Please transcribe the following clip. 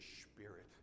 spirit